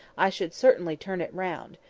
i should certainly turn it round,